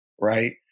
right